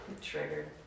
Triggered